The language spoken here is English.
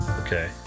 Okay